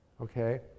okay